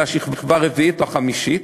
לשכבה הרביעית או החמישית.